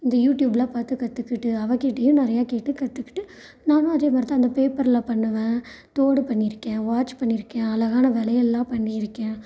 இந்த யூட்யூப்பெலாம் பார்த்து கற்றுக்கிட்டு அவகிட்டையும் நெறையா கேட்டு கற்றுக்கிட்டு நானும் அதே மாதிரி தான் அந்த பேப்பரில் பண்ணுவேன் தோடு பண்ணியிருக்கேன் வாட்ச் பண்ணியிருக்கேன் அழகான வளையலெலாம் பண்ணியிருக்கேன்